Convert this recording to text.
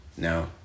No